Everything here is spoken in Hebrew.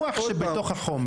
עוד פעם,